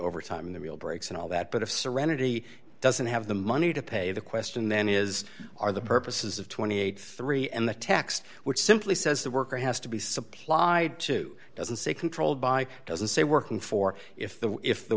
overtime the real breaks and all that but of serenity doesn't have the money to pay the question then is are the purposes of two hundred and eighty three and the tax which simply says the worker has to be supplied to doesn't say controlled by doesn't say working for if the if the